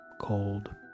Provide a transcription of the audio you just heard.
cold